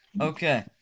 Okay